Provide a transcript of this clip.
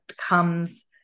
comes